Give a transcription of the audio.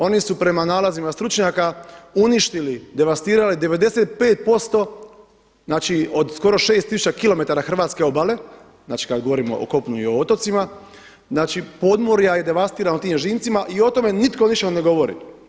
Oni su prema nalazima stručnjaka uništili, devastirali 95%, znači od skoro 6 tisuća km hrvatske obale, znači kada govorio o kopnu i o otocima, znači podmorja je devastirano tim ježincima i o tome nitko ništa ne govori.